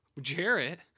Jarrett